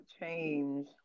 change